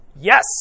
yes